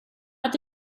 att